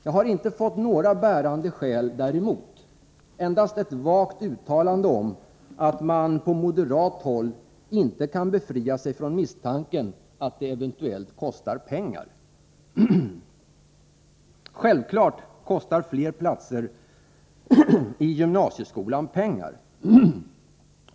Jag har inte fått några bärande skäl däremot, endast ett vagt uttalande om att man på moderat håll inte kan befria sig från misstanken att det eventuellt kostar pengar. Självfallet kostar fler platser i gymnasieskolan pengar!